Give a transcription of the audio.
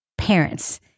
parents